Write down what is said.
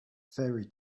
fairy